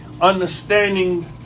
understanding